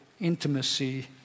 intimacy